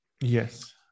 Yes